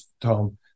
Tom